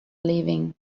leaving